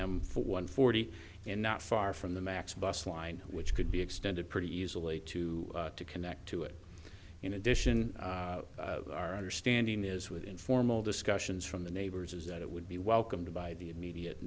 down m for one forty and not far from the max bus line which could be extended pretty easily to connect to it in addition our understanding is with informal discussions from the neighbors is that it would be welcomed by the immediate